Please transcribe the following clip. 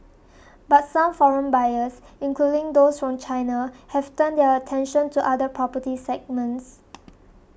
but some foreign buyers including those from China have turned their attention to other property segments